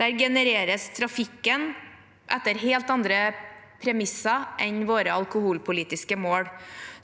Der genereres trafikken etter helt andre premisser enn våre alkoholpolitiske mål.